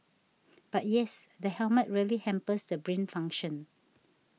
but yes the helmet really hampers the brain function